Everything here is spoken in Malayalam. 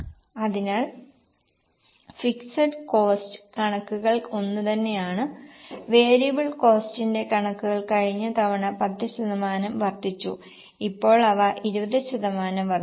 അതിനാൽ ഫിക്സഡ് കോസ്റ്സ് കണക്കുകൾ ഒന്നുതന്നെയാണ് വേരിയബിൾ കോസ്റ്റിന്റെ കണക്കുകൾ കഴിഞ്ഞ തവണ 10 ശതമാനം വർദ്ധിച്ചു ഇപ്പോൾ അവ 20 ശതമാനം വർദ്ധിച്ചു